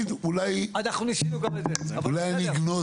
אנחנו ניסינו גם את זה, אבל בסדר.